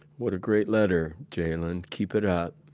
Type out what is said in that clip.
what a great letter, jaylon. keep it up.